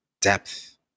depth